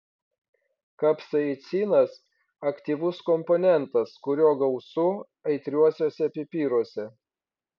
kapsaicinas aktyvus komponentas kurio gausu aitriuosiuose pipiruose